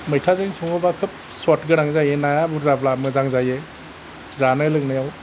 मैथाजों सङोबा खोब स्वाद गोनां जायो नाया बुरजाब्ला मोजां जायो जानो लोंनायाव